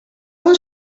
was